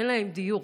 אין להן דיור,